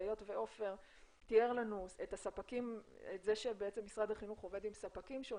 היות ועופר תיאר לנו את הספקים השונים שמשרד החינוך עובד אתם,